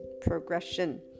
progression